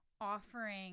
offering